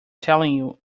telling